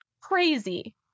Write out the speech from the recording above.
crazy